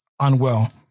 unwell